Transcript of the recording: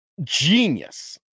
Genius